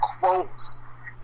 quotes